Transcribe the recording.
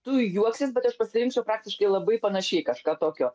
tu juoksies bet aš pasirinkčiau praktiškai labai panašiai į kažką tokio